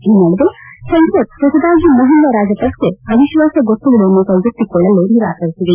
ಈ ನಡುವೆ ಸಂಸತ್ ಹೊಸದಾಗಿ ಮಹಿಂದಾ ರಾಜಪಕ್ಸೆ ಅವಿತ್ವಾಸ ಗೊತ್ತುವಳಯನ್ನು ಕ್ಲೆಗೆತ್ತಿಕೊಳ್ಳಲು ನಿರಾಕರಿಸಿದೆ